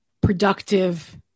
productive